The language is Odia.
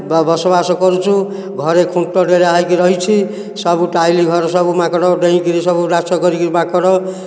ବସବାସ କରୁଛୁ ଘରେ ଖୁଣ୍ଟ ଡେରା ହୋଇକି ରହିଛି ସବୁ ଟାଇଲ୍ ଘର ସବୁ ମାଙ୍କଡ ଡେଇଁ କରି ସବୁ ନାଶ କରିକି ମାଙ୍କଡ଼